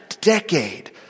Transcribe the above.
decade